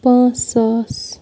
پانٛژھ ساس